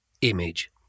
image